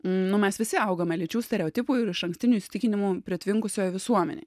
nu mes visi augome lyčių stereotipų ir išankstinių įsitikinimų pritvinkusioj visuomenėj